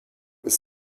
ist